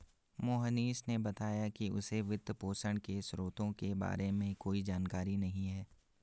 मोहनीश ने बताया कि उसे वित्तपोषण के स्रोतों के बारे में कोई जानकारी नही है